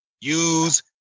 use